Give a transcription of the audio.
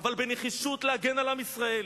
אבל בנחישות להגן על עם ישראל.